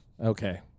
Okay